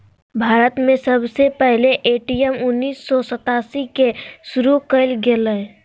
भारत में सबसे पहले ए.टी.एम उन्नीस सौ सतासी के शुरू कइल गेलय